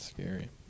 Scary